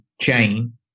chain